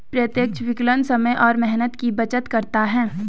प्रत्यक्ष विकलन समय और मेहनत की बचत करता है